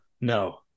No